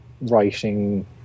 writing